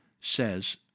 says